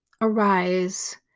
arise